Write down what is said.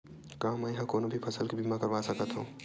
का मै ह कोनो भी फसल के बीमा करवा सकत हव?